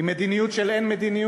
היא מדיניות של אין מדיניות,